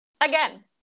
Again